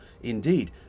Indeed